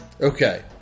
Okay